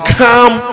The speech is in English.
come